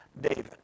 David